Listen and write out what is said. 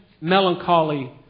melancholy